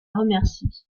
remercie